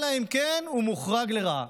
אלא אם כן הוא מוחרג לרעה.